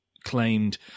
claimed